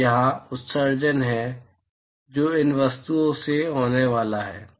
तो वहाँ उत्सर्जन है जो इन वस्तुओं से होने वाला है